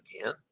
again